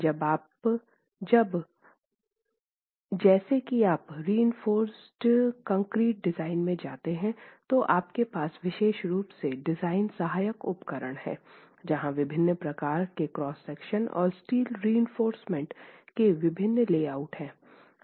अब जैसा कि आप रिइंफोर्सकंक्रीट डिज़ाइन में जानते हैं कि आपके पास विशेष रूप से डिज़ाइन सहायक उपकरण हैं जहाँ विभिन्न प्रकार के क्रॉस सेक्शन और स्टील रिइंफोर्समेन्ट के विभिन्न ले आउट हैं